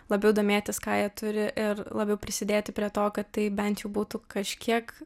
labiau domėtis ką jie turi ir labiau prisidėti prie to kad taip bent jų būtų kažkiek